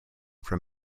from